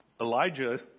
Elijah